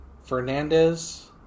Fernandez